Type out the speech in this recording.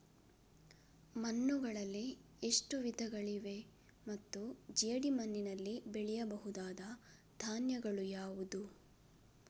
ಮಣ್ಣುಗಳಲ್ಲಿ ಎಷ್ಟು ವಿಧಗಳಿವೆ ಮತ್ತು ಜೇಡಿಮಣ್ಣಿನಲ್ಲಿ ಬೆಳೆಯಬಹುದಾದ ಧಾನ್ಯಗಳು ಯಾವುದು?